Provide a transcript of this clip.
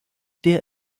der